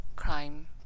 crime